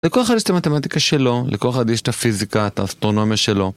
לכל אחד את המתמטיקה שלו, לכל חדש את הפיזיקה, את האסטרונומיה שלו.